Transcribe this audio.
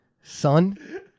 Son